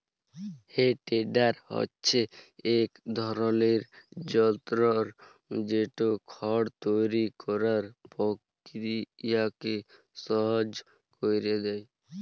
হে টেডার হছে ইক ধরলের যল্তর যেট খড় তৈরি ক্যরার পকিরিয়াকে সহজ ক্যইরে দেঁই